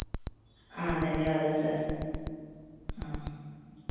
ధన్యవాదాలు సార్